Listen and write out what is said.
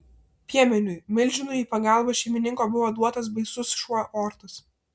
piemeniui milžinui į pagalbą šeimininko buvo duotas baisus šuo ortas